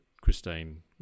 Christine